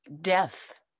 death